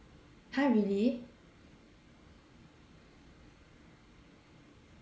!huh! really